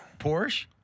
Porsche